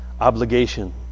obligation